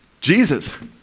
Jesus